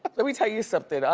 let me tell you something.